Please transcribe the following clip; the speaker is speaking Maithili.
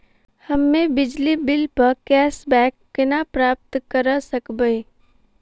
हम्मे बिजली बिल प कैशबैक केना प्राप्त करऽ सकबै?